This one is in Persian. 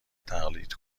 تقلید